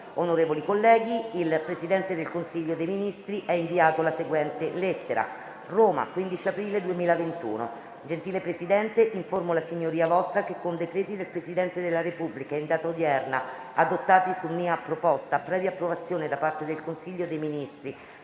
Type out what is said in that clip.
Onorevoli colleghi, il Presidente del Consiglio dei ministri ha inviato la seguente lettera: «Roma, 15 aprile 2021 Gentile Presidente, informo la Signoria Vostra che con decreti del Presidente della Repubblica in data odierna, adottati su mia proposta, previa approvazione da parte del Consiglio dei Ministri,